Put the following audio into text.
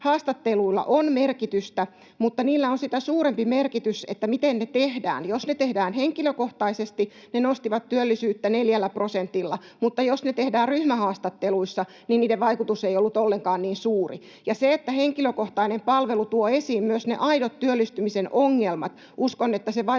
haastatteluilla on merkitystä, mutta niitä suurempi merkitys on sillä, miten ne tehdään. Jos ne tehdään henkilökohtaisesti, ne nostivat työllisyyttä 4 prosentilla, mutta jos ne tehdään ryhmähaastatteluissa, niin niiden vaikutus ei ollut ollenkaan niin suuri. Ja se, että henkilökohtainen palvelu tuo esiin myös ne aidot työllistymisen ongelmat — uskon, että se vaikuttavuus